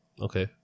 Okay